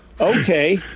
okay